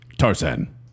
Tarzan